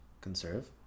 conserve